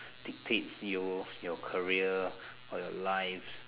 dictates you your career or your life